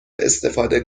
استفاده